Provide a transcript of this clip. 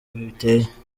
biteye